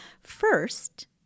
first